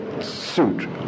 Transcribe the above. suit